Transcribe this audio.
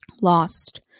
lost